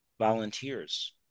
volunteers